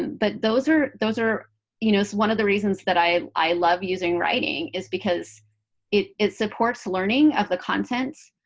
but those are those are you know it's one of the reasons that i i love using writing is because it supports learning of the contents,